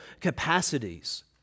capacities